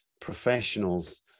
professionals